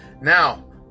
Now